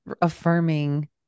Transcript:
affirming